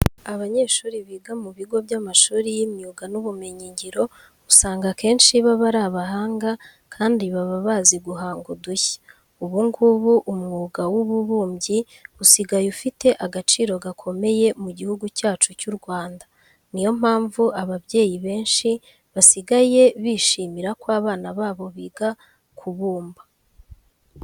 Abanyeshuri biga mu bigo by'amashuri y'imyuga n'ubumenyingiro usanga akenshi baba ari abahanga kandi baba bazi guhanga udushya. Ubu ngubu umwuga w'ububumbyi usigaye ufite agaciro gakomeye mu Gihugu cyacu cy'u Rwanda. Ni yo mpamvu ababyeyi benshi basigaye bishimira ko abana babo biga kubumba.